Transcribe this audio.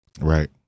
Right